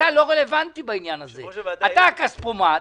אתה לא רלוונטי בעניין הזה, אתה הכספומט,